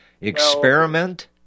Experiment